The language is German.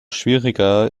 schwieriger